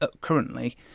currently